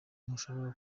ntushobora